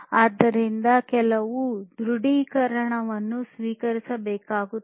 ಆದ್ದರಿಂದ ಕೆಲವು ದೃಡೀಕರಣವನ್ನು ಸ್ವೀಕರಿಸಬೇಕಾಗಿದೆ